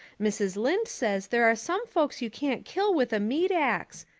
mrs. lynde says there are some folks you can't kill with a meat-axe.